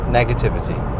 negativity